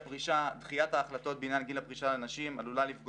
דחיית ההחלטות בעניין גיל הפרישה לנשים עלולה לפגוע